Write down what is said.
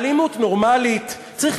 האלימות נורמלית, צריך